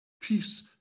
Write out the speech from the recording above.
peace